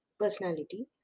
personality